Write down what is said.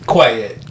Quiet